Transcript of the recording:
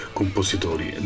compositori